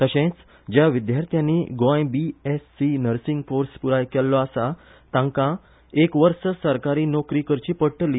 तशेंच ज्या विद्यार्थ्यांनी गोंय बिएससी नसींग कोर्स प्राय केल्लो आसा तांकां एक वर्स सरकारी नोकरी करची पडटली